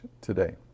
today